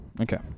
Okay